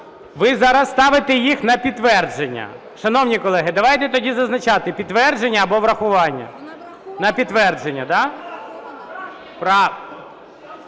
Ви зараз ставите їх на підтвердження? Шановні колеги, давайте тоді зазначати: підтвердження або врахування. На підтвердження, да? (Шум